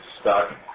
stuck